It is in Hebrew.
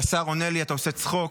והשר עונה לי: אתה עושה צחוק,